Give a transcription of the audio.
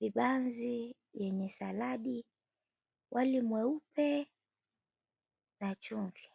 vibanzi vyenye saladi, wali mweupe na chumvi.